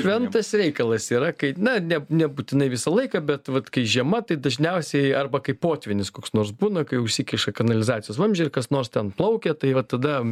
šventas reikalas yra kaip na ne nebūtinai visą laiką bet vat kai žiema tai dažniausiai arba kaip potvynis koks nors būna kai užsikiša kanalizacijos vamzdžiai ar kas nors ten plaukia tai va tada